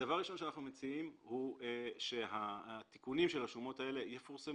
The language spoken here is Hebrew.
דבר ראשון שאנחנו מציעים הוא שהתיקונים של השומות האלה יפורסמו.